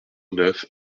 neuf